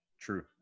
true